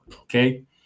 Okay